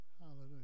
Hallelujah